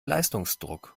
leistungsdruck